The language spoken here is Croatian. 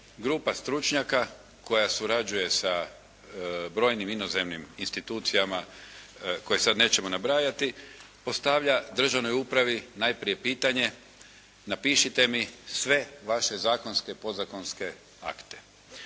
grupa stručnjaka koja surađuje sa brojnim inozemnim institucijama koje sada nećemo nabrajati postavlja državnoj upravi najprije pitanje napišite mi sve vaše zakonske i podzakonske akte.